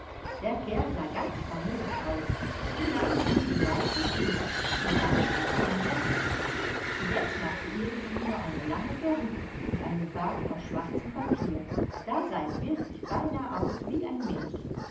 der kerl sah ganz famos aus wir nannten ihn den weißen peter und tanzten um ihn herum zuletzt machte erich ihm noch eine lange perücke und einen bart aus schwarzem papier da sah er wirklich beinah aus wie ein mensch